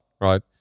right